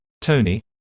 Tony